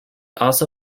also